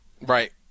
Right